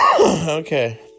okay